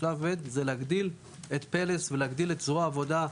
כלומר להגדיל את פלס ולהגדיל את זרוע העבודה,